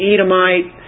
Edomite